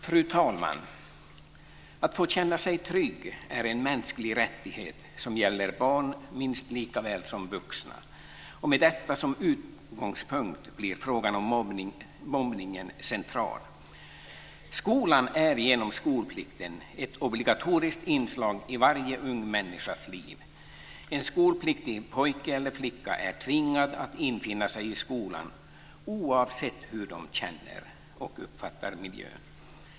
Fru talman! Att få känna sig trygg är en mänsklig rättighet som gäller barn minst lika väl som vuxna, och med detta som utgångspunkt blir frågan om mobbning central. Skolan är genom skolplikten ett obligatoriskt inslag i varje ung människas liv. En skolpliktig pojke och flicka är tvingad att infinna sig i skolan oavsett hur de känner eller uppfattar miljön.